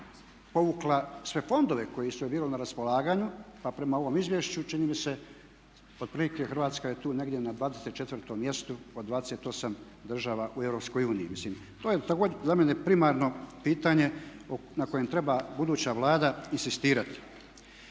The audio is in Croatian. povukla sve fondove koji su joj bili na raspolaganju pa prema ovom izvješću čini mi se otprilike Hrvatska je tu negdje na 24 mjestu od 28 država u Europskoj uniji. Mislim, to je također za mene primarno pitanje na kojem treba buduća Vlada inzistirati.